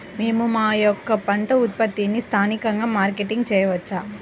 మేము మా యొక్క పంట ఉత్పత్తులని స్థానికంగా మార్కెటింగ్ చేయవచ్చా?